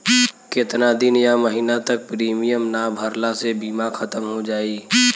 केतना दिन या महीना तक प्रीमियम ना भरला से बीमा ख़तम हो जायी?